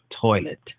toilet